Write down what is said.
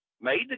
made